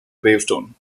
gravestone